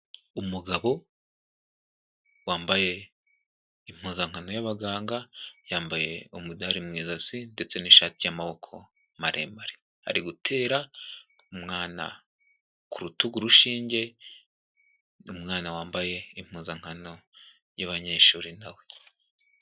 Umugabo wambaye impuzankano y'abaganga, yambaye umudari mu izosi ndetse n'ishati y'amaboko maremare. Ari gutera umwana ku rutugu urushinge, umwana wambaye impuzankano y'abanyeshuri na we.